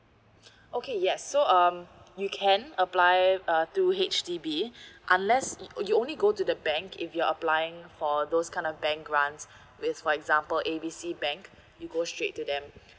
okay yes so um you can apply uh through H_D_B unless you only go to the bank if you're applying for those kind of bank grants with for example A B C bank you go straight to them